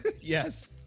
Yes